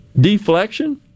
deflection